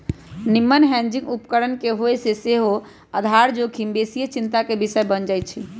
निम्मन हेजिंग उपकरण न होय से सेहो आधार जोखिम बेशीये चिंता के विषय बन जाइ छइ